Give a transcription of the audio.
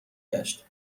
گشت